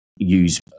use